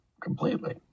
completely